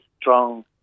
strong